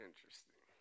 Interesting